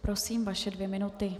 Prosím, vaše dvě minuty.